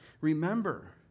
remember